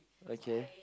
okay